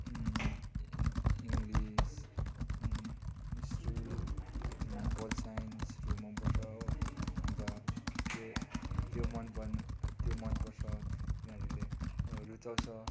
English history pol साइन्सहरू मनपर्छ हो अन्त के त्यो मनपर्न त्यो मनपर्छ तिनीहरूले अब रुचाउँछ